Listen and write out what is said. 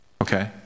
okay